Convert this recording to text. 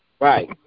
Right